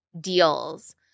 deals